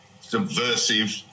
subversive